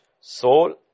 soul